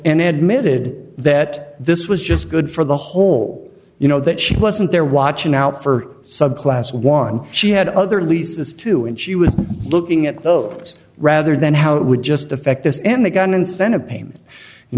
in admitted that this was just good for the whole you know that she wasn't there watching out for subclass one she had other leases too and she was looking at those rather than how it would just affect this and the gun incentive payment you